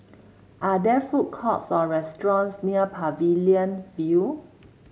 are there food courts or restaurants near Pavilion View